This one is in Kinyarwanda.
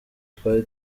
twari